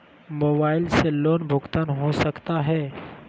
Mobile से loan भुगतान हो सकता है?